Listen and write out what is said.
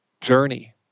journey